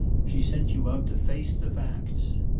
she sent you out to face the facts.